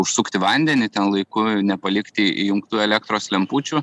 užsukti vandenį ten laiku nepalikti įjungtų elektros lempučių